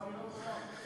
אני לא תורן.